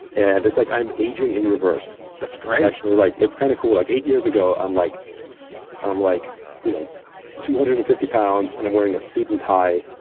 and it's like i'm aging in reverse. that's great. like it's kind of cool. like eight years ago, i'm like i'm like you know two hundred and fifty pounds, and i'm wearing a suit and tie,